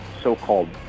so-called